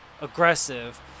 aggressive